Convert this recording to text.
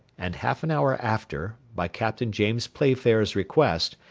and half an hour after, by captain james playfair's request,